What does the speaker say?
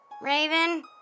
Raven